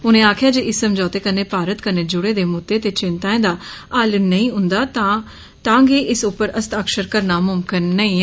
उनें आक्खेआ जे इस समझौते कन्नै भारत कन्नै जुड़े दे मुद्दे ते चिंताएं दा हल नेई उन्दा तांगे इस उप्पर हस्ताक्षर करना मुमकन नेई ऐ